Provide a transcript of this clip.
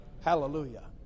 Hallelujah